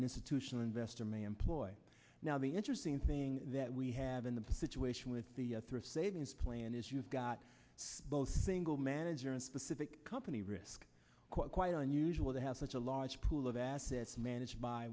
institutional investor may employ now the interesting thing that we have in the situation with the thrift savings plan is you've got both single manager and specific company risk quite unusual to have such a large pool of assets managed by